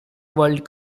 world